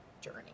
journey